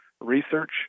research